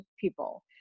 people